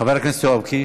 חבר הכנסת יואב קיש,